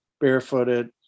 barefooted